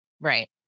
Right